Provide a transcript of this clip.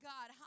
God